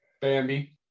Bambi